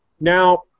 Now